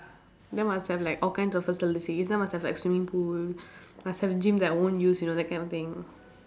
then must have like all kinds of facilities then must have like swimming pool must have gym that I won't use you know that kind of thing